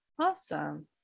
Awesome